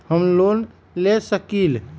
हम लोन ले सकील?